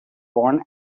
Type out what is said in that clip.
born